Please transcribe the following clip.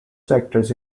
sectors